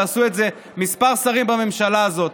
ועשו את זה כמה שרים בממשלה הזאת,